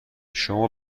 شما